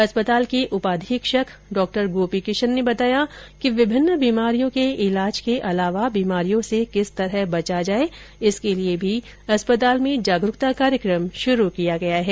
अस्पताल के उपाधीक्षक डॉ गोपी किशन ने बताया कि विभिन्न बीमारियों के ईलाज के अलावा बीमारियों से किस तरह बचा जाये इसके लिए भी अस्पताल में जागरूकता कार्यक्रम शुरू किया गया है